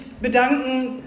bedanken